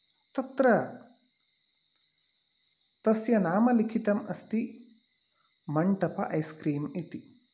तत्र तस्य नाम लिखितम् अस्ति मण्टप ऐस्क्रीम् इति